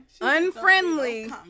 unfriendly